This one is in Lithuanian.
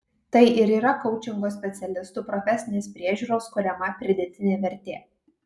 tai ir yra koučingo specialistų profesinės priežiūros kuriama pridėtinė vertė